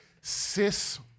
Cis